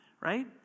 right